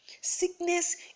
Sickness